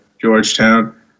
Georgetown